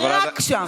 רק שם.